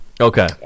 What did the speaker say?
Okay